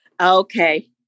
Okay